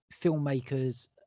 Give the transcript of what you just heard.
filmmakers